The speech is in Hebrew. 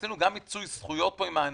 עשינו גם מיצוי זכויות פה עם האנשים,